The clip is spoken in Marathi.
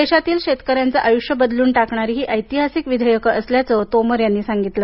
देशातील शेतकऱ्यांचे आयुष्य बदलून टाकणारी ही ऐतिहासिक विधेयक असल्याचे तोमर यांनी सांगितलं